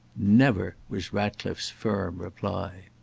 never! was ratcliffe's firm reply.